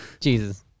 Jesus